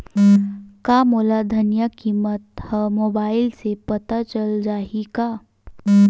का मोला धनिया किमत ह मुबाइल से पता चल जाही का?